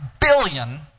Billion